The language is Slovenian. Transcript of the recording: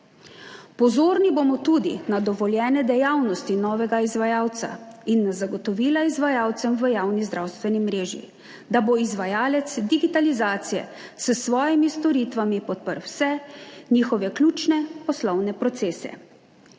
Pozorni bomo tudi na dovoljene dejavnosti novega izvajalca in na zagotovila izvajalcem v javni zdravstveni mreži, da bo izvajalec digitalizacije s svojimi storitvami podprl vse njihove ključne poslovne procese.